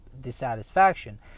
dissatisfaction